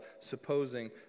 supposing